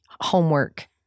homework